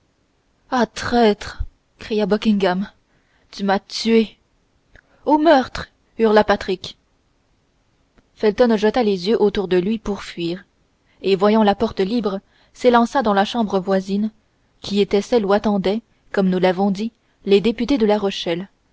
traître cria buckingham tu m'as tué au meurtre hurla patrick felton jeta les yeux autour de lui pour fuir et voyant la porte libre s'élança dans la chambre voisine qui était celle où attendaient comme nous l'avons dit les députés de la rochelle